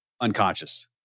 unconscious